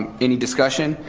any discussion?